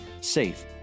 safe